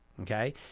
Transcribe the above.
okay